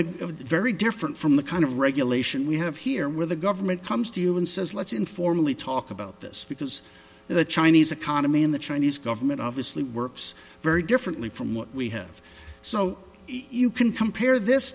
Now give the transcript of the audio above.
the very different from the kind of regulation we have here where the government comes to you and says let's informally talk about this because the chinese economy and the chinese government obviously works very differently from what we have so you can compare this